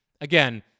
again